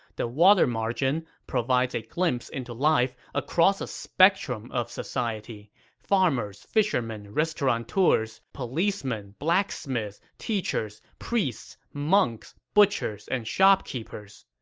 the water margin provides a glimpse into life across a spectrum of society farmers, fishermen, restaurateurs, policemen, blacksmiths, teachers, priests, monks, butchers, and shopkeepers.